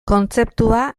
kontzeptua